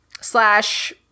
slash